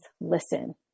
listen